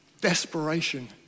desperation